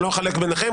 אני לא אחלק ביניכם,